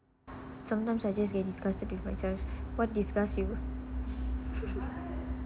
sometimes I just in what disgusts you